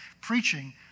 preaching